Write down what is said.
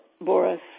Boris